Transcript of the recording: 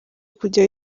kujya